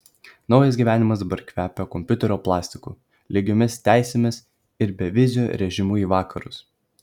naujas gyvenimas dabar kvepia kompiuterio plastiku lygiomis teisėmis ir beviziu režimu į vakarus